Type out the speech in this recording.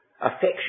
affection